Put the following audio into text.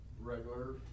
regular